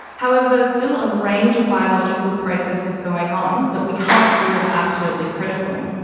however, there are still a range of biological processes going on that we can't see, that are absolutely critical.